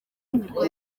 nibwo